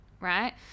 right